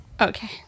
Okay